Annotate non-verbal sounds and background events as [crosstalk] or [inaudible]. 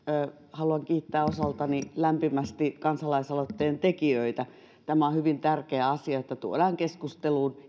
haluan kiittää osaltani lämpimästi kansalaisaloitteen tekijöitä tämä on hyvin tärkeä asia että tuodaan keskusteluun [unintelligible]